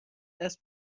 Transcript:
دست